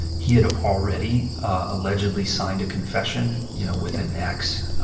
he had already allegedly signed a confession, you know, with an x.